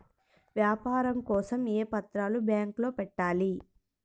వ్యాపారం కోసం ఏ పత్రాలు బ్యాంక్లో పెట్టాలి?